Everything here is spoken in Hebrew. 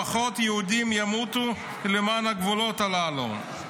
פחות יהודים ימותו למען הגבולות הללו.